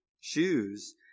shoes